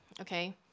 okay